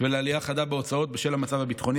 ועלייה חדה בהוצאות בשל המצב הביטחוני,